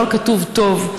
הנוהל כתוב טוב.